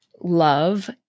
love